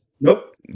Nope